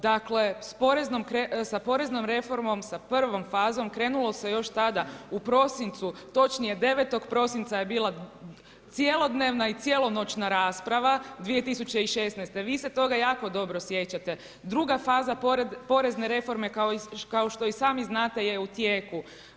Dakle, s poreznom reformom, sa prvom fazom krenulo se još tada u prosincu, točnije 9. prosinca je bila cjelodnevna i cjelonoćna rasprava, 2016., vi se toga jako dobro sjećate, druga faza porezne reforme kao što i sami znate je u tijeku.